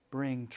bring